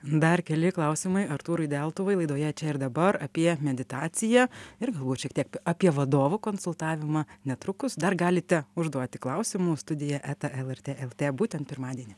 dar keli klausimai artūrui deltuvai laidoje čia ir dabar apie meditaciją ir galbūt šiek tiek apie vadovų konsultavimą netrukus dar galite užduoti klausimų studija eta lrt lt būtent pirmadienį